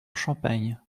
champagne